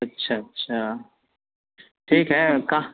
اچھا اچھا ٹھیک ہے کہاں